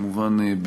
כמובן,